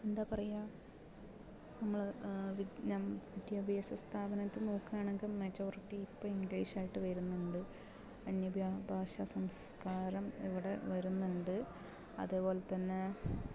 എന്താ പറയുക നമ്മള് നമ്മള് വിദ്യാഭ്യാസ സ്ഥാപനത്തിൽ നോക്കുകയാണെങ്കിൽ മജോറിറ്റി ഇപ്പോൾ ഇംഗ്ലീഷായിട്ട് വരുന്നുണ്ട് അന്യഭാഷാസംസ്കാരം ഇവിടെ വരുന്നുണ്ട് അതേപോലെ തന്നെ